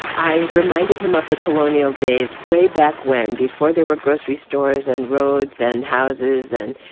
i reminded him of the colonial days way back when before there were grocery stores and roads and houses. and,